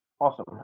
Awesome